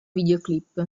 videoclip